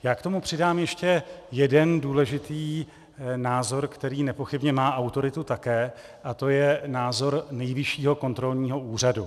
Já k tomu přidám ještě jeden důležitý názor, který nepochybně má autoritu také, a to je názor Nejvyššího kontrolního úřadu.